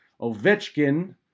Ovechkin